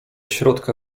środka